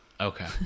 okay